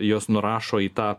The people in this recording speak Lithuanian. jos nurašo į tą